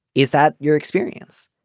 is that your experience.